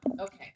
Okay